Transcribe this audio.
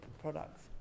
products